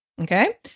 Okay